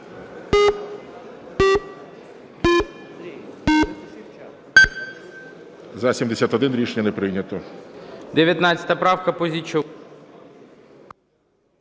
За-77 Рішення не прийнято.